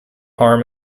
harm